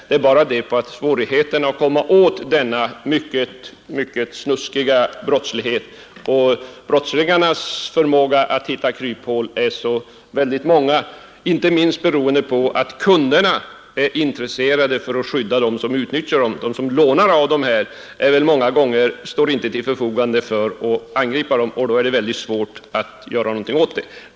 Det är bara så svårt att komma åt denna mycket snuskiga brottslighet. Brottslingarna har en stor förmåga att hitta kryphål, inte minst beroende på att kunderna är intresserade av att skydda dem som de utnyttjas av. De som lånar står inte till förfogande när polisen försöker gripa in, och därför är det svårt att kunna göra någonting.